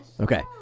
Okay